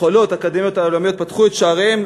פתחו את שעריהן,